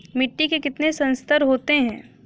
मिट्टी के कितने संस्तर होते हैं?